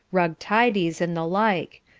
rug tidies, and the like,